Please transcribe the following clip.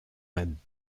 ein